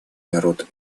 народ